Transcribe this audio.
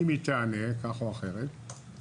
אם היא תיענה כך או אחרת,